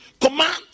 command